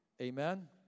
Amen